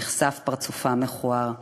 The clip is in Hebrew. נחשף פרצופה המכוער.